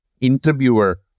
interviewer